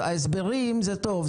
אז ההסברים זה טוב,